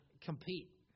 compete